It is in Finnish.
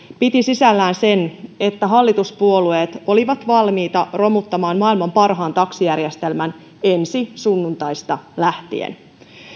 piti sisällään sen että hallituspuolueet olivat valmiita romuttamaan maailman parhaan taksijärjestelmän ensi sunnuntaista lähtien